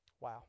Wow